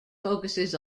focuses